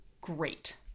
great